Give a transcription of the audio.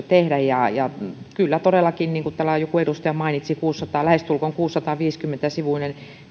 tehdä kyllä todellakin niin kuin täällä joku edustaja mainitsi lähestulkoon kuusisataaviisikymmentä sivuinen